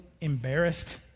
embarrassed